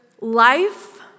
life